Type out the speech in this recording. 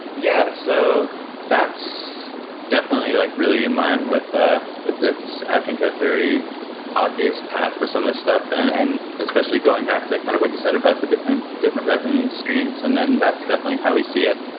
yeah. so that's definitely like really in-line with it's i think a very obvious path for some of this stuff, and and especially going back to kind of what you said about the different different revenue streams and then that's definitely how we see it.